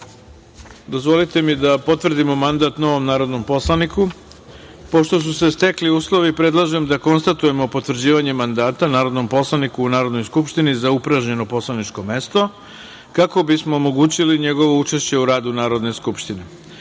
dozvolite mi da potvrdimo mandat novom narodnom poslaniku. Pošto su se stekli uslovi, predlažem da konstatujemo potvrđivanje mandata narodnom poslaniku u Narodnoj skupštini za upražnjeno poslaničko mesto, kako bismo omogućili njegovo učešće u radu Narodne skupštine. Uručena